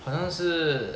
好像是